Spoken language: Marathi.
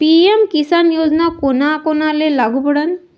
पी.एम किसान योजना कोना कोनाले लागू पडन?